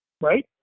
right